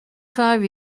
five